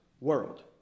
world